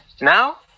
Now